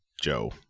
Joe